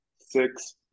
six